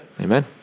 amen